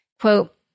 Quote